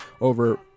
over